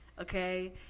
Okay